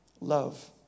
love